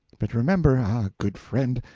but remember ah, good friend,